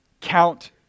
count